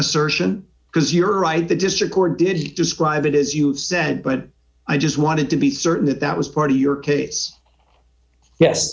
assertion because you're right the district court did describe it as you sent but i just wanted to be certain that that was part of your case yes